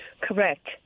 Correct